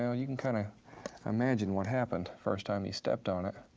yeah you can kinda imagine what happened first time he stepped on it.